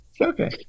Okay